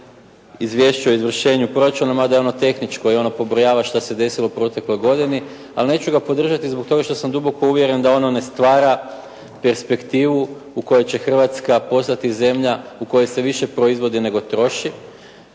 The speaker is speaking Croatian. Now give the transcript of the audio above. izvješće o izvršenju proračuna mada je ono tehničko i ono pobrojava šta se desilo u protekloj godini ali neću ga podržati zbog toga što sam duboko uvjeren da ono ne stvara perspektivu u kojoj će Hrvatska postati zemlja u kojoj se više proizvodi nego troši.